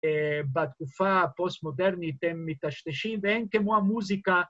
בתקופה הפוסט-מודרנית הם מטשטשים, ואין כמו המוזיקה ...